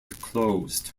closed